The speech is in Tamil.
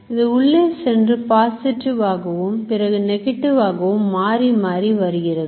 இது உள்ளே சென்று பாசிட்டிவ் ஆகவும் பிறகு நெகட்டிவ் ஆகவும் மாறி மாறி வருகிறது